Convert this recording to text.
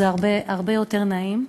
זה הרבה יותר נעים.